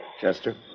Chester